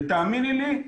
ותאמיני לי,